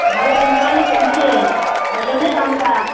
ভালো কোম্পানির সাইকেল ওই জন্যেই দামটা